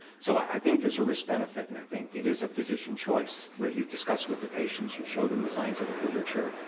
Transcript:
so i think there's a risk-benefit, and i think it is a physician's choice where you discuss with the patients, you show them the scientific literature,